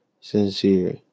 Sincere